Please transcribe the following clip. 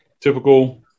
typical